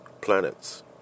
planets